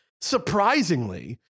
surprisingly